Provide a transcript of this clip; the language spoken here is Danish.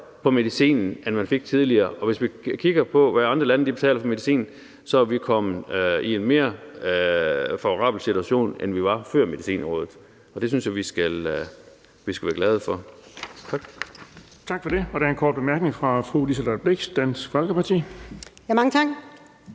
på medicinen, end man fik tidligere, og hvis vi kigger på, hvad andre lande betaler for medicin, så er vi kommet i en mere favorabel situation, end vi var, før vi fik Medicinrådet, og det synes jeg vi skal være glade for. Tak.